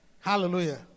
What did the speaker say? Hallelujah